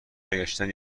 برگشتن